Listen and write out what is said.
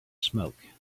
smoke